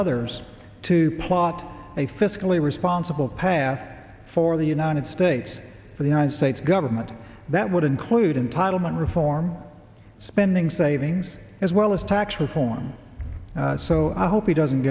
others to plot a fiscally responsible pat for the united states for the united states government that would include entitlement reform spending savings as well as tax reform so i hope he doesn't